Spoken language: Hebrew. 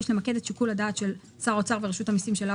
יש למקד את שיקול הדעת של שר האוצר ורשות המיסים שלה